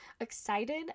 excited